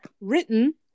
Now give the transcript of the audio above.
written